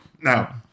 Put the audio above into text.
no